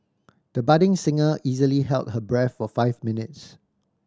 the budding singer easily held her breath for five minutes